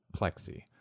plexi